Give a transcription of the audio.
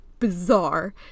bizarre